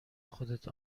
خودت